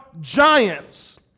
giants